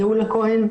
גאולה כהן,